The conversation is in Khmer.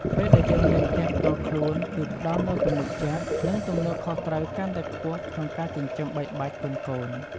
ពេលដែលយើងមានផ្ទះផ្ទាល់ខ្លួនគីផ្ដល់នូវទំនុកចិត្ត និងទំនួលខុសត្រូវកាន់តែខ្ពស់ក្នុងការចិញ្ចឹមបីបាច់កូនៗ។